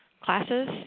classes